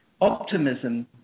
optimism